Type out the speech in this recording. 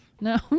No